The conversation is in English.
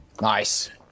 Nice